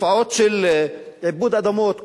תופעות של איבוד אדמות,